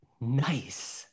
Nice